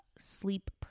sleep